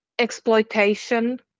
exploitation